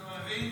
אתה מבין?